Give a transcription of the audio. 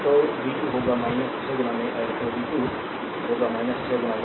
तो v 2 होगा 6 I तो v 2 होगा 6 i